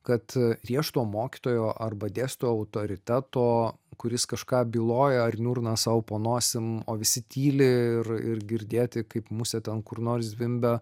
kad griežto mokytojo arba dėstytojo autoriteto kuris kažką byloja ar niurna sau po nosim o visi tyli ir ir girdėti kaip musė ten kur nors zvimbia